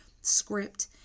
script